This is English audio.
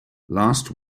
last